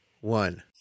one